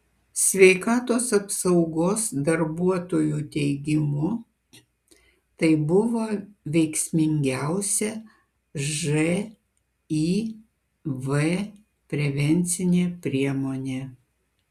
sveikatos apsaugos darbuotojų teigimu tai buvo veiksmingiausia živ prevencinė priemonė